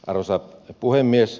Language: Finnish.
arvoisa puhemies